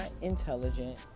intelligent